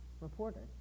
reporters